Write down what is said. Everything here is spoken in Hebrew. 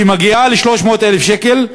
שמגיעה ל-300,000 שקל,